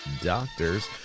doctors